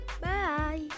Bye